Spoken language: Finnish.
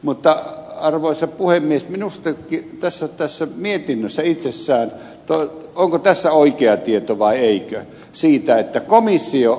mutta arvoisa puhemies onko tässä mietinnössä itsessään oikea tieto vai eikö